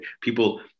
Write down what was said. people